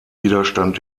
widerstand